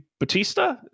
Batista